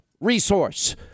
resource